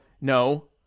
no